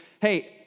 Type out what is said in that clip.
hey